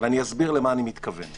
ואני אסביר למה אני מתכוון.